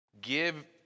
Give